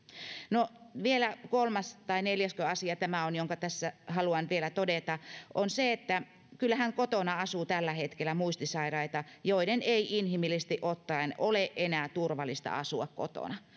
no kolmas asia tai neljäskö tämä on jonka tässä haluan vielä todeta on se että kyllähän kotona asuu tällä hetkellä muistisairaita joiden ei inhimillisesti ottaen ole enää turvallista asua kotona